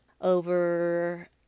over